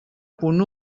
punt